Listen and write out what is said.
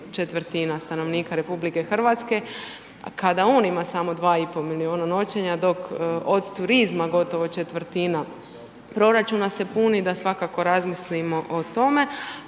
četvrtina stanovnika Republike Hrvatske. Kada on ima samo 2 i pol milijuna noćenja, dok od turizma gotovo četvrtina proračuna se puni da svakako razmislimo o tome.